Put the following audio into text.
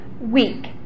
week